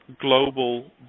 global